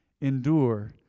endure